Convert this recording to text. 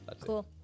Cool